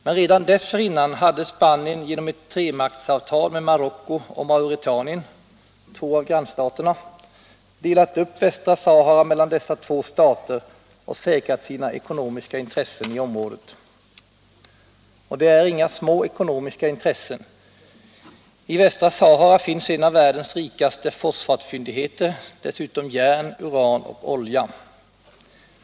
Men redan dessförinnan hade Spanien genom ett tremaktsavtal med Marocko och Mauretanien, två av grannstaterna, delat upp Västra Sahara mellan dessa två stater och säkrat sina ekonomiska intressen i området. Och det är inga små ekonomiska intressen. I Västra Sahara finns en av världens rikaste fosfatfyndigheter, dessutom järn, uran och olja.